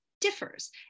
differs